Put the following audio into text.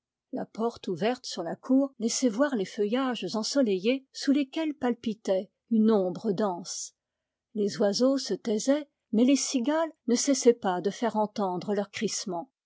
la porte ouverte sur la cour laissait voir les feuillages ensoleillés sous lesquels palpitait une ombre dense les oiseaux se taisaient mais les cigales ne cessaient pas de faire entendre leur crissement